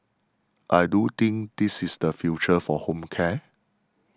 I do think this is the future for home care